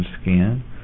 skin